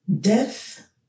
death